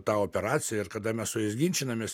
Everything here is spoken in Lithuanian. tą operaciją ir kada mes su jais ginčinamės